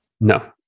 No